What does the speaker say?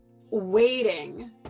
waiting